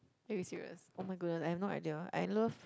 are you serious oh my goodness I have no idea I love